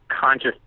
conscious